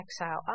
exile